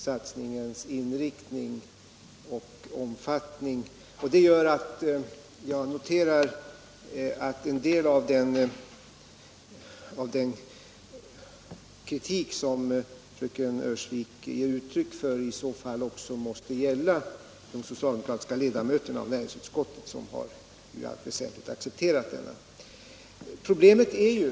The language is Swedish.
Jag konstaterar att en del av den kritik som fröken Öhrsvik ger uttryck för alltså måste gälla även de socialdemokratiska ledamöterna av näringsutskottet vilka i allt väsentligt har accepterat propositionen.